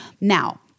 Now